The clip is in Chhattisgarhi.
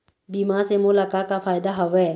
बीमा से मोला का का फायदा हवए?